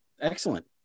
Excellent